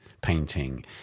painting